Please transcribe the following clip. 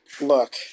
look